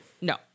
No